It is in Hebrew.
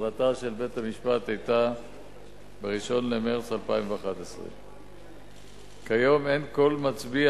ההחלטה של בית-המשפט היתה ב-1 במרס 2011. כיום אין על המצביע